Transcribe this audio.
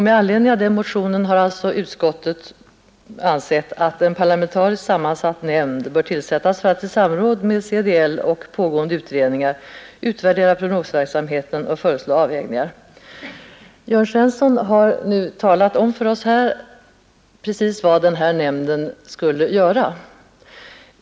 Med anledning av den motionen har alltså utskottet ansett att en parlamentariskt sammansatt nämnd bör tillsättas för att i samråd med CDL och pågående utredningar utvärdera prognosverksamheten och föreslå avvägningar. Jörn Svensson har talat om för oss precis vad den här nämnden skulle göra.